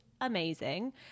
amazing